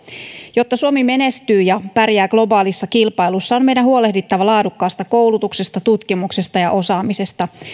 jotta suomi menestyy ja pärjää globaalissa kilpailussa on meidän huolehdittava laadukkaasta koulutuksesta tutkimuksesta ja osaamisesta